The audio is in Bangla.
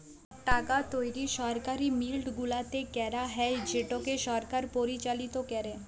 টাকা তৈরি সরকারি মিল্ট গুলাতে ক্যারা হ্যয় যেটকে সরকার পরিচালিত ক্যরে